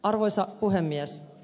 arvoisa puhemies